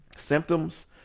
symptoms